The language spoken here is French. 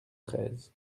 treize